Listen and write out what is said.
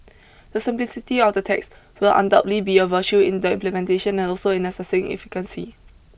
the simplicity of the tax will undoubtedly be a virtue in the implementation and also in assessing efficacy